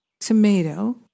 tomato